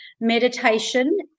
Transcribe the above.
meditation